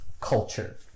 culture